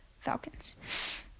Falcons